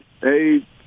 Hey